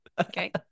Okay